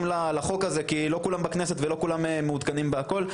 בחוק הזה כי לא כולם בכנסת ולא כולם מעודכנים בכל,